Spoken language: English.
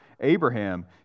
Abraham